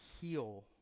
heal